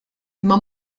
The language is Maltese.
imma